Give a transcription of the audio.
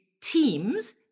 teams